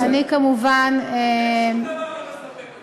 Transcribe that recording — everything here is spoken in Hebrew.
אתם, שום דבר לא מספק אתכם.